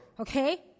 Okay